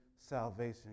Salvation